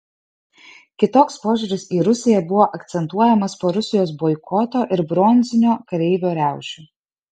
kitoks požiūris į rusiją buvo akcentuojamas po rusijos boikoto ir bronzinio kareivio riaušių